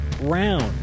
round